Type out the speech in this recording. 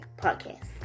Podcast